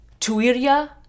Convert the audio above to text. Tuiria